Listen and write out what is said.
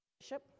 bishop